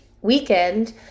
weekend